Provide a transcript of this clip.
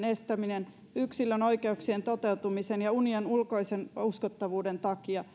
estämisen yksilön oikeuksien toteutumisen ja unionin ulkoisen uskottavuuden takia